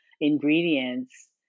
ingredients